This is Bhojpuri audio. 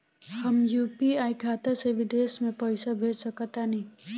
हम यू.पी.आई खाता से विदेश म पइसा भेज सक तानि?